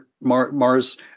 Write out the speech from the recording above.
Mars